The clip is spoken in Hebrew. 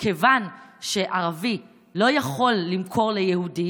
שערבי לא יכול למכור ליהודי,